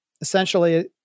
essentially